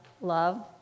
love